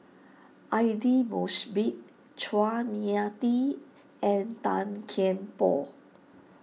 Aidli Mosbit Chua Mia Tee and Tan Kian Por